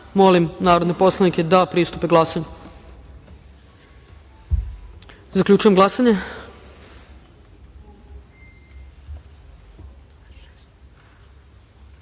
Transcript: narodne poslanike da pristupe glasanju. Zaključujem glasanje